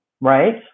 right